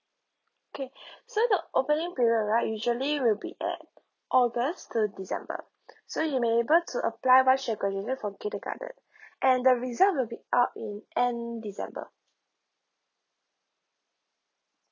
okay so the opening period usually will be at august to december so you may able to apply from kindergarten and the result will be up end december